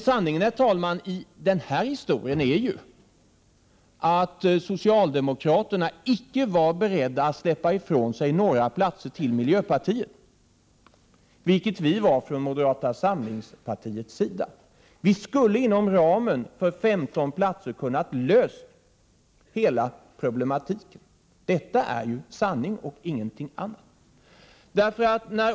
Sanningen, herr talman, i den här historien är att socialdemokraterna inte ville släppa ifrån sig några platser till miljöpartiet, vilket vi inom moderata samlingspartiet var beredda att göra. Vi skulle inom ramen för 15 platser ha kunnat lösa hela problematiken. Detta är sanningen och ingenting annat.